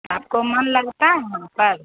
आपको मन लगता है यहाँ पर